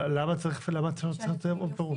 למה צריך לתת להם עוד פירוט?